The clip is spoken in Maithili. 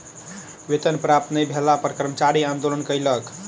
वेतन प्राप्त नै भेला पर कर्मचारी आंदोलन कयलक